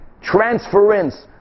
transference